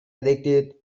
addicted